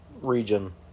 region